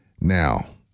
Now